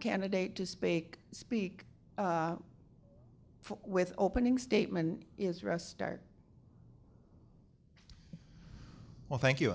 candidate to speak speak with opening statement is rest start well thank you